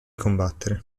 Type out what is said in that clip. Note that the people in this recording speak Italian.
combattere